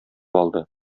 алды